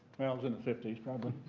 was in the fifty s probably.